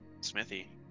Smithy